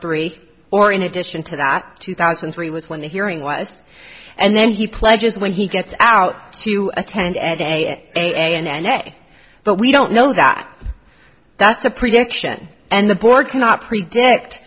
three or in addition to that two thousand and three was when the hearing was and then he pledges when he gets out to attend at a a and hey but we don't know that that's a prediction and the board cannot predict